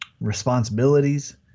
responsibilities